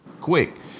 quick